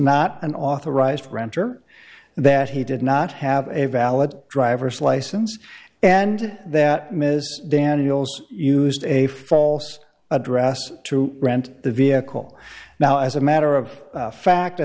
not an authorized renter and that he did not have a valid driver's license and that ms daniels used a false address to rent the vehicle now as a matter of fact i